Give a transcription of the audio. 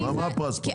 שמה?